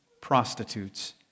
prostitutes